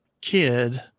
kid